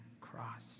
cross